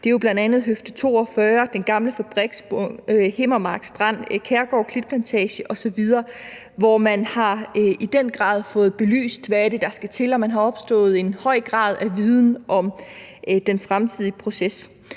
Det gælder bl.a. høfde 42, Cheminovas gamle fabriksgrund, Himmark Strand, Kærgård Klitplantage osv., hvor man i den grad har fået belyst, hvad det er, der skal til, og man har opnået en høj grad af viden om den fremtidige proces.